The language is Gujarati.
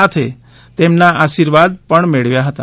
સાથે તેમના આર્શીવાદ પણ મેળવ્યા હતા